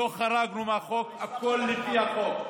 לא חרגנו מהחוק, הכול לפי החוק.